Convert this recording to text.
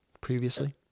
Previously